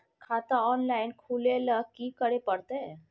खाता ऑनलाइन खुले ल की करे परतै?